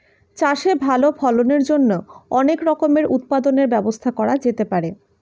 চাষে ভালো ফলনের জন্য অনেক রকমের উৎপাদনের ব্যবস্থা করা যেতে পারে